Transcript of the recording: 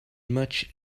much